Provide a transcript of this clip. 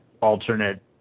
alternate